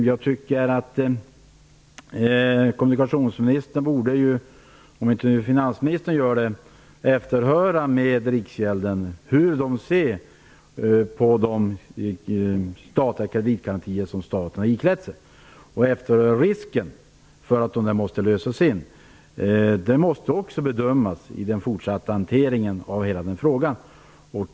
Jag tycker att kommunikationsministern borde, om finansministern inte gör det, efterhöra hur Riksgäldskontoret ser på de statliga garantier som staten iklätt sig och efterhöra risken för att de måste lösas in. Det måste också bedömas i den fortsatta hanteringen av hela frågan.